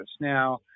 Now